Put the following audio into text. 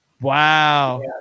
Wow